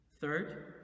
Third